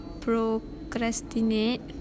procrastinate